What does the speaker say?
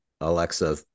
Alexa